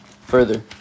further